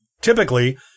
Typically